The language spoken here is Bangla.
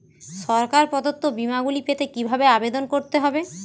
সরকার প্রদত্ত বিমা গুলি পেতে কিভাবে আবেদন করতে হবে?